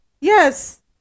Yes